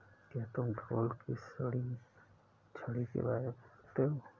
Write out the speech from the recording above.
क्या तुम ढोल की छड़ी के बारे में जानते हो?